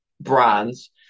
brands